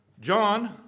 John